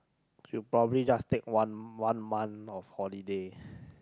you will probably just take one one month of holiday